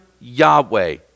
Yahweh